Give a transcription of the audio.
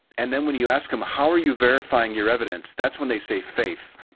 and then when you ask them, how are you verifying your evidence? that's when they say faith.